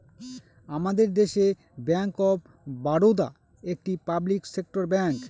আমাদের দেশে bank of Baroda একটি পাবলিক সেক্টর ব্যাঙ্ক